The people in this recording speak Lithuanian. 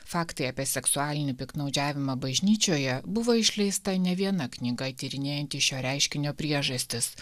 faktai apie seksualinį piktnaudžiavimą bažnyčioje buvo išleista ne viena knyga tyrinėjanti šio reiškinio priežastis